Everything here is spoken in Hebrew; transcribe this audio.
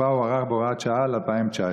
תוקפו הוארך בהוראת שעה ל-2019.